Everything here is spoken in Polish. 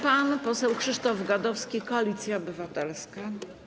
Pan poseł Krzysztof Gadowski, Koalicja Obywatelska.